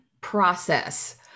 process